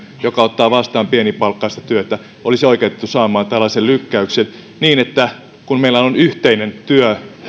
joka ottaa vastaan pienipalkkaista työtä olisi oikeutettu saamaan tällaisen lykkäyksen niin että kun meillä on yhteinen työ